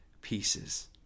pieces